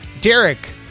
derek